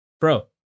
bro